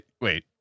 Wait